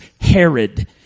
Herod